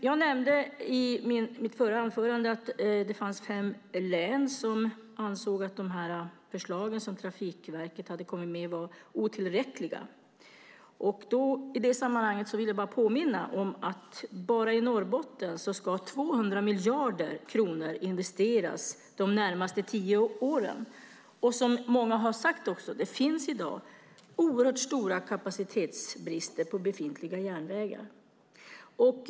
Jag nämnde i mitt förra anförande att det fanns fem län som ansåg att de förslag som Trafikverket hade kommit med var otillräckliga. I det sammanhanget vill jag bara påminna om att enbart i Norrbotten ska 200 miljarder kronor investeras de närmaste tio åren. Som många också har sagt finns det i dag oerhört stora kapacitetsbrister på befintliga järnvägar.